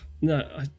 No